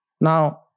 Now